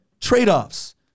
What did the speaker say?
Trade-offs